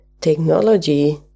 technology